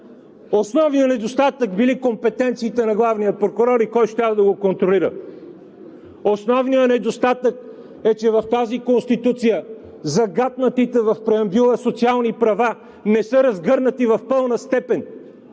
Основният недостатък са били компетенциите на главния прокурор и кой щял да го контролира. Основният недостатък е, че загатнатите в преамбюла социални права не са разгърнати в пълна степен